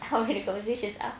how the conversation are